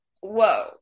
whoa